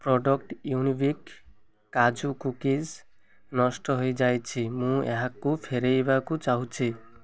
product Unibic କାଜୁ cookies ନଷ୍ଟ ହୋଇଯାଇଛି ମୁଁ ଏହାକୁ ଫେରାଇବାକୁ ଚାହୁଁଛି